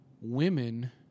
Women